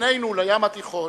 כשכנינו לים התיכון,